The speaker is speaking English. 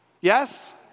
Yes